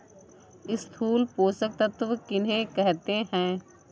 स्थूल पोषक तत्व किन्हें कहते हैं?